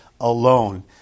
alone